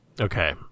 okay